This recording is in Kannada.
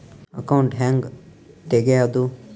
ಅಕೌಂಟ್ ಹ್ಯಾಂಗ ತೆಗ್ಯಾದು?